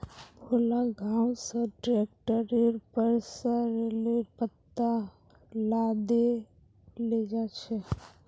भोला गांव स ट्रैक्टरेर पर सॉरेलेर पत्ता लादे लेजा छ